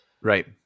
Right